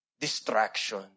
Distraction